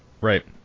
Right